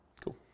Cool